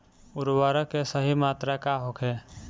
उर्वरक के सही मात्रा का होखे?